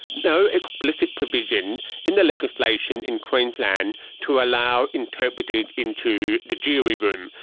no explicit provision in the legislation in queensland to allow interpreters into the jury room.